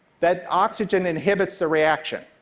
that oxygen inhibits the reaction,